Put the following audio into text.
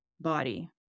body